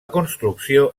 construcció